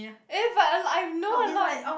eh but I I know a lot of